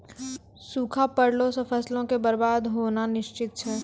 सूखा पड़ला से फसलो के बरबाद होनाय निश्चित छै